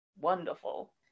wonderful